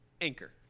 anchor